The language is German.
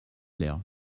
leer